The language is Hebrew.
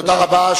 תודה רבה.